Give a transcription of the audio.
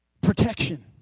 Protection